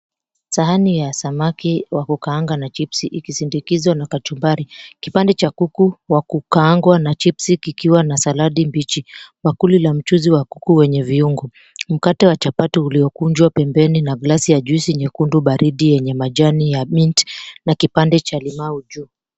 Sahani ya samaki iliyo kaangwa na chipsi ikisindikizwa na kachumbari. Kipande cha kuku wa kukaangwa na chipsi kikiwa na saladi mbichi. Bakuli la mchuzi wa kuku wenye viungo, mkate wa chapati uliokunjwa pembeni na vilasi ya juice nyekundu baridi yenye majani ya mint na kipande cha limau juu.